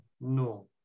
no